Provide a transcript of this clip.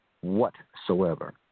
whatsoever